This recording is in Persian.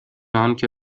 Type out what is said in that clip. آنکه